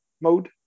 mode